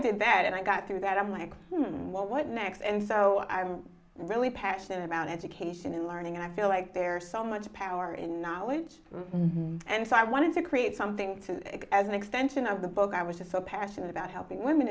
did that and i got through that i'm like soon well what next and so i'm really passionate about education and learning and i feel like there so much power in knowledge and so i wanted to create something to it as an extension of the book i was just so passionate about helping women